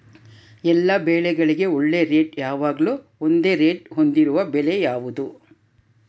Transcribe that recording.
ಎಲ್ಲ ಬೆಳೆಗಳಿಗೆ ಒಳ್ಳೆ ರೇಟ್ ಯಾವಾಗ್ಲೂ ಒಂದೇ ರೇಟ್ ಹೊಂದಿರುವ ಬೆಳೆ ಯಾವುದು?